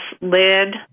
lid